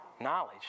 knowledge